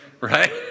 right